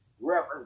Reverend